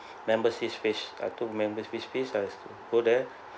membership fees I took membership fees I go there